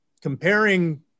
comparing